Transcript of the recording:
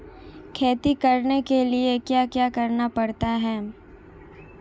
खेती करने के लिए क्या क्या करना पड़ता है?